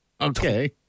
Okay